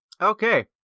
Okay